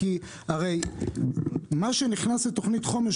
מה שנכנס לתוכנית חומש,